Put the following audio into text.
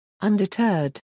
Undeterred